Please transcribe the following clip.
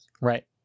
Right